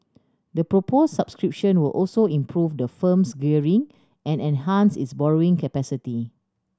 the proposed subscription will also improve the firm's gearing and enhance its borrowing capacity